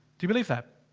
do you believe that?